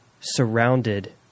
surrounded